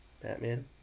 Batman